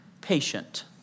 patient